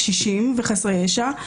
קשישים וחסרי ישע,